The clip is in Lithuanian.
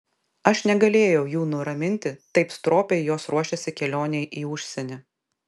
aš negalėjau jų nuraminti taip stropiai jos ruošėsi kelionei į užsienį